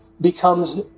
becomes